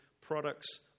products